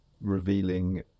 revealing